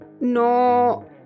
no